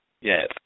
Yes